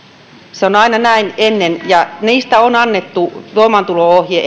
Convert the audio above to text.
on aina näin ennen ja niistä on annettu voimaantulo ohje